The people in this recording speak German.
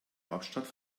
hauptstadt